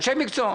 אנשי מקצוע.